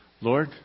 Lord